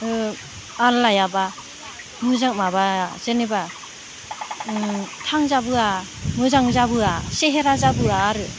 थाल लायाब्ला मोजां माबाया जेनोबा थांजाबोआ मोजां जाबोआ सेहेरा जाबोया आरो